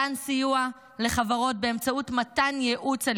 מתן סיוע לחברות באמצעות מתן ייעוץ על